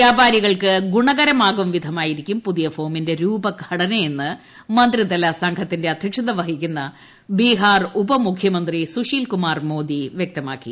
വ്യാപാരികൾക്ക് ഗുണകരമാകുംവിധമായിരിക്കും പുതിയ ഫോമിന്റെ രൂപഘടനയെന്ന് മന്ത്രിതല സംഘത്തിന്റെ അധ്യക്ഷത വഹിക്കുന്ന ബീഹാർ ഉപമുഖ്യമന്ത്രി സുശീൽ കുമാർ മോദി വൃക്തമാക്കി